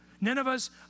Nineveh's